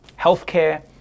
Healthcare